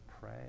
pray